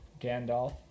Gandalf